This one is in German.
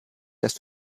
dass